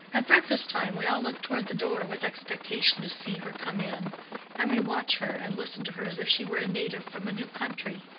at breakfast-time we all look toward the door with expectation to see her come in and we watch her and listen to her as if she were a native from a new country.